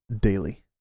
daily